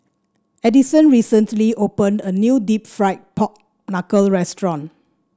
Addyson recently opened a new deep fried Pork Knuckle restaurant